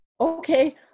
Okay